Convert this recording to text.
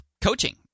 coaching